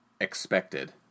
expected